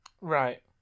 Right